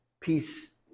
peace